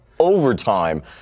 overtime